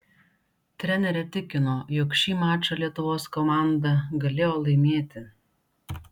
trenerė tikino jog šį mačą lietuvos komanda galėjo laimėti